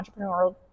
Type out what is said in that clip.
entrepreneurial